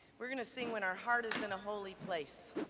we're going to sing when our heart is in a holy place,